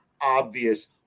Obvious